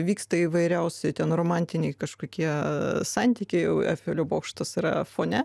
vyksta įvairiausi ten romantiniai kažkokie santykiai o eifelio bokštas yra fone